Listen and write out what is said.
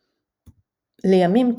לימים,